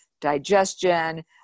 digestion